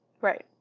Right